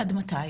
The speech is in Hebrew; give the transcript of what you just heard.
עד מתי?